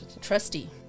trusty